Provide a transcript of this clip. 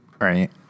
Right